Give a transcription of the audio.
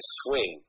swing